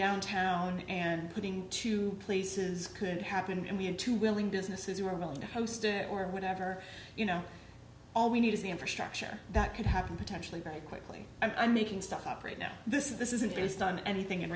downtown and putting to places could happen and we had to willing businesses were willing to host it or whatever you know all we need is the infrastructure that could happen potentially very quickly i'm making stuff up right now this is this isn't based on anything in